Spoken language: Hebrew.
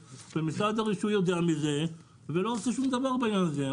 ומשרד הרישוי יודע מזה ולא עושים שום דבר בעניין הזה,